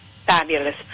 fabulous